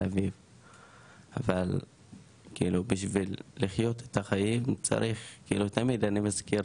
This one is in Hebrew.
אבל בשביל לחיות את החיים צריך כאילו תמיד אני משכיר